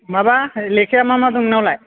माबा लेखाया मा मा दं नोंनाव लाय